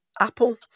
Apple